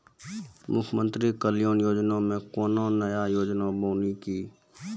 मुख्यमंत्री कल्याण योजना मे कोनो नया योजना बानी की?